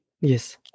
Yes